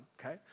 okay